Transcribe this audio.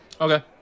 Okay